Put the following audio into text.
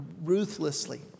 ruthlessly